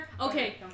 Okay